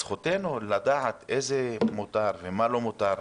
זכותנו לדעת מה מותר ומה לא מותר.